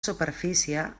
superfície